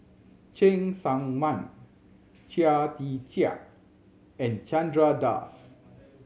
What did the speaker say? Cheng Tsang Man Chia Tee Chiak and Chandra Das